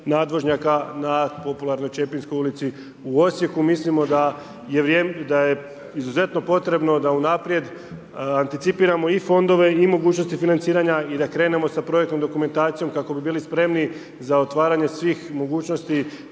nadvožnjaka na popularnoj Čepinskoj ulici u Osijeku. Mislimo da je izuzetno potrebno da unaprijed anticipiramo i fondove i mogućnosti financiranja i da krenemo sa projektnom dokumentacijom kako bi bili spremni za otvaranje svih mogućnosti